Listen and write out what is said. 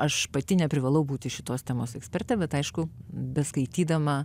aš pati neprivalau būti šitos temos ekspertė bet aišku beskaitydama